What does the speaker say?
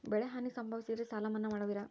ಬೆಳೆಹಾನಿ ಸಂಭವಿಸಿದರೆ ಸಾಲ ಮನ್ನಾ ಮಾಡುವಿರ?